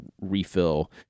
refill